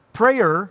prayer